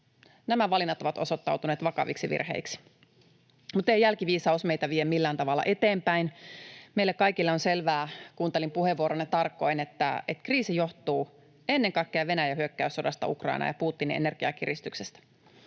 Nämä valinnat ovat osoittautuneet vakaviksi virheiksi. Mutta ei jälkiviisaus meitä vie millään tavalla eteenpäin. Meille kaikille on selvää — kuuntelin puheenvuoronne tarkoin — että kriisi johtuu ennen kaikkea Venäjän hyökkäyssodasta Ukrainaan ja Putinin energiakiristyksestä.